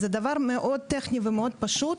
זה דבר מאוד טכני ומאוד פשוט.